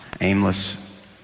aimless